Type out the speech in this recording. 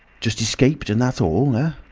just escaped and that's all, ah?